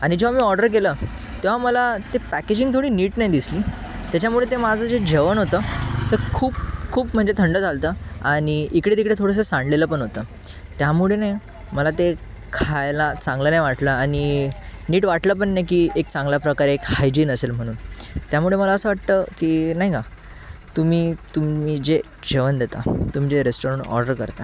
आणि जेव्हा मी ऑर्डर केलं तेव्हा मला ते पॅकेजिंग थोडी नीट नाही दिसली त्याच्यामुळे ते माझं जे जेवण होतं ते खूप खूप म्हणजे थंड झालं होतं आणि इकडे तिकडे थोडंसं सांडलेलं पण होतं त्यामुळे नाही मला ते खायला चांगलं नाही वाटलं आणि नीट वाटलं पण नाही की एक चांगल्या प्रकारे एक हायजिन असेल म्हणून त्यामुळे मला असं वाटतं की नाही का तुम्ही तुम्ही जे जेवण देता तुम्ही जे रेस्टोरंट ऑर्डर करता